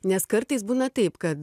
nes kartais būna taip kad